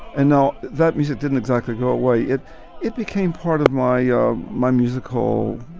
and now that means it didn't exactly go away it it became part of my ah my musical